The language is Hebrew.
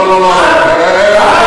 לא, לא, לא.